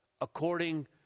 according